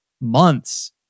months